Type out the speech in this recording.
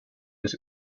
des